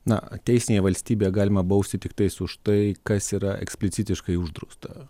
na teisinėje valstybėje galima bausti tiktais už tai kas yra eksplicitiškai uždrausta